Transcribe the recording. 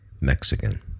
Mexican